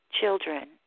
children